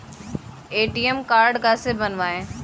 ATM card कैसे बनवाएँ?